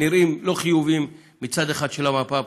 נראים לא חיוביים מצד אחד של המפה הפוליטית.